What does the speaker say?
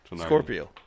Scorpio